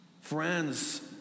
Friends